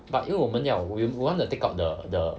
but 因为我们要 we want to take out the the